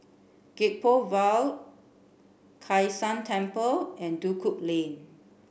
Gek Poh Ville Kai San Temple and Duku Lane